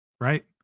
Right